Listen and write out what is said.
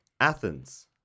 Athens